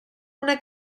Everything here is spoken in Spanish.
una